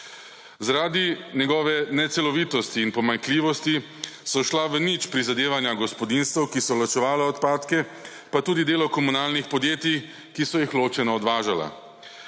Zaradi njegove necelovitosti in pomanjkljivosti so šla v nič prizadevanja gospodinjstev, ki so ločevala odpadke, pa tudi delo komunalnih podjetij, ki so jih ločeno odvažala.